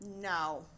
no